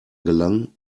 gelangen